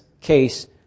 case